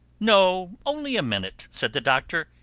no, only a minute, said the doctor.